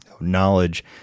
knowledge